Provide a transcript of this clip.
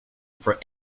for